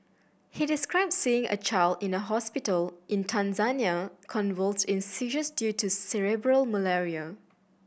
he described seeing a child in a hospital in Tanzania convulsed in seizures due to cerebral malaria